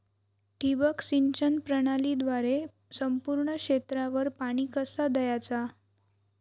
ठिबक सिंचन प्रणालीद्वारे संपूर्ण क्षेत्रावर पाणी कसा दयाचा?